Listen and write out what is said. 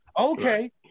Okay